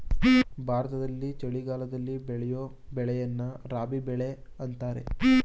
ಭಾರತದಲ್ಲಿ ಚಳಿಗಾಲದಲ್ಲಿ ಬೆಳೆಯೂ ಬೆಳೆಯನ್ನು ರಾಬಿ ಬೆಳೆ ಅಂತರೆ